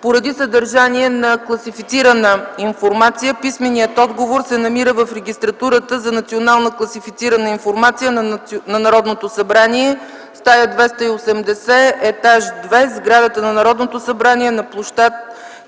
Поради съдържание на класифицирана информация писменият отговор се намира в Регистратурата за национална класифицирана информация на Народното събрание, стая 280, етаж ІІ, в сградата на Народното събрание на пл.